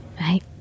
Right